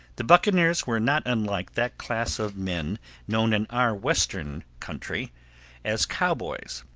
the buccaneers were not unlike that class of men known in our western country as cowboys.